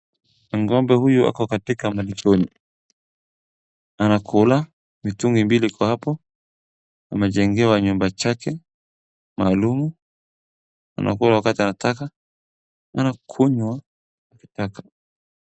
Ng'ombe huyu ako katika malishoni anakula, mitungi mbili iko hapo. Amejengewa nyumba chake maalum, anakula wakati anataka, anakunywa akitaka.